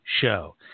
show